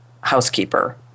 housekeeper